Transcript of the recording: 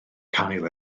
cael